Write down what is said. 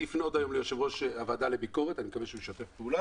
אני אפנה עוד היום ליושב-ראש הוועדה לביקורת המדינה,